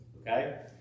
Okay